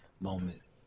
moments